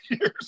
years